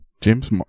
James